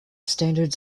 standards